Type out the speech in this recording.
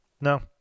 No